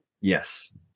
Yes